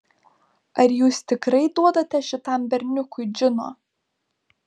ar jūs tikrai duodate šitam berniukui džino